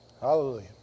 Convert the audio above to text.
Hallelujah